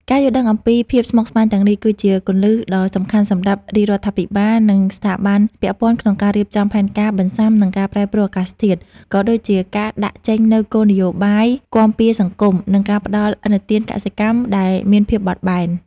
ការយល់ដឹងអំពីភាពស្មុគស្មាញទាំងនេះ គឺជាគន្លឹះដ៏សំខាន់សម្រាប់រាជរដ្ឋាភិបាល និងស្ថាប័នពាក់ព័ន្ធក្នុងការរៀបចំផែនការបន្ស៊ាំនឹងការប្រែប្រួលអាកាសធាតុ ក៏ដូចជាការដាក់ចេញនូវគោលនយោបាយគាំពារសង្គម និងការផ្តល់ឥណទានកសិកម្មដែលមានភាពបត់បែន។